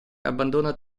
abbandona